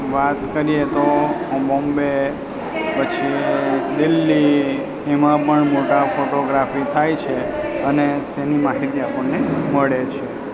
વાત કરીએ તો આ બોમ્બે પછી દિલ્હી એમાં પણ મોટા ફોટોગ્રાફી થાય છે અને તેની માહિતી આપણને મળે છે